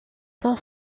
son